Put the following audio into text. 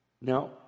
now